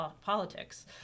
politics